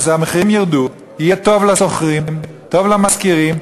המחירים ירדו, יהיה טוב לשוכרים, טוב למשכירים,